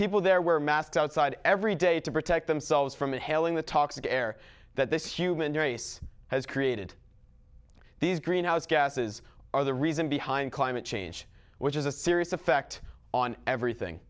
people there were massed outside every day to protect themselves from inhaling the toxic air that this human race has created these greenhouse gases are the reason behind climate change which is a serious effect on everything